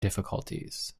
difficulties